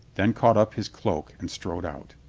then caught up his cloak and strode out